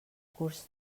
curs